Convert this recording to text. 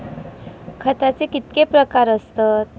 खताचे कितके प्रकार असतत?